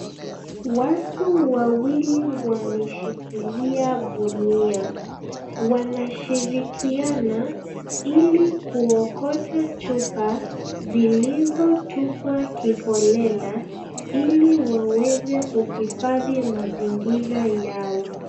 Watu wawili wameshikilia gunia. Wanashirikiana ili kuokota chupa zilizotupwa kiholela ili waweze kuhifadhi mazingira yao.